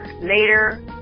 Later